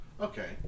Okay